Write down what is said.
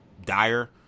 dire